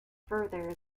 further